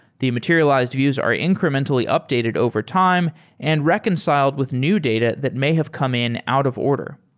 the materialized views are incrementally updated overtime and reconciled with new data that may have come in out of order.